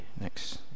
next